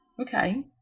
okay